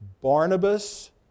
Barnabas